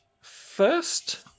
first